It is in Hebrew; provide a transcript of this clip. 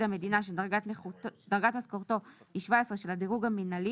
המדינה שדרגת משכורתו היא 17 של הדירוג המינהלי"